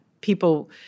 people